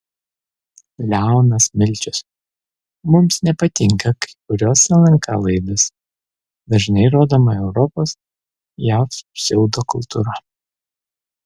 leonas milčius mums nepatinka kai kurios lnk laidos dažnai rodoma europos jav pseudokultūra